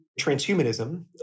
transhumanism